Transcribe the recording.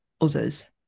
others